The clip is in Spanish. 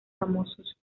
famosos